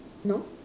no